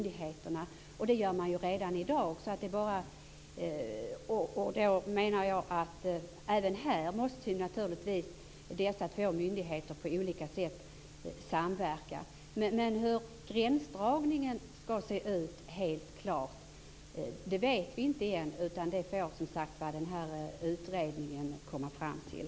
Det gör man ju redan i dag. Jag menar att dessa två myndigheter även här måste samverka på olika sätt. Men hur gränsdragningen skall se ut när det är helt klart vet vi inte än. Det får som sagt var utredningen komma fram till.